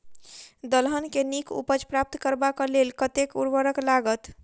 दलहन केँ नीक उपज प्राप्त करबाक लेल कतेक उर्वरक लागत?